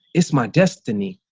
it's my destiny.